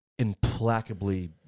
implacably